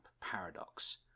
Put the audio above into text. paradox